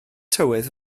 tywydd